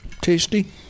Tasty